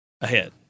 Ahead